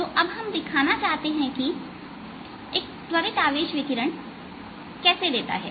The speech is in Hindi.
तो अब हम दिखाना चाहते हैं कि एक त्वरित आवेश विकिरण कैसे देता है